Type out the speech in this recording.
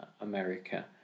America